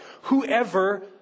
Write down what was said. Whoever